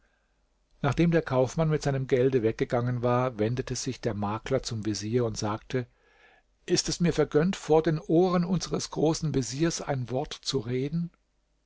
nachdem der kaufmann mit seinem gelde weggegangen war wendete sich der makler zum vezier und sagte ist es mir vergönnt vor den ohren unseres großen veziers ein wort zu reden